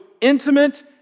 intimate